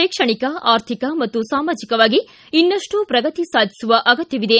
ಶೈಕ್ಷಣಿಕ ಆರ್ಥಿಕ ಮತ್ತು ಸಾಮಾಜಿಕವಾಗಿ ಇನ್ನಷ್ಟು ಪ್ರಗತಿ ಸಾಧಿಸುವ ಅಗತ್ಯವಿದೆ